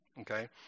okay